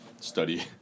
study